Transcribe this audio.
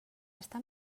està